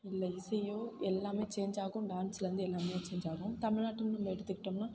இல்லை இசையோ எல்லாமே சேஞ்ச் ஆகும் டான்ஸ்லேருந்து எல்லாமே சேஞ்ச் ஆகும் தமிழ்நாட்டில்ன்னு நம்ம எடுத்துக்கிட்டோம்னால்